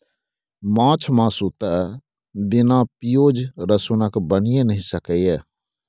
माछ मासु तए बिना पिओज रसुनक बनिए नहि सकैए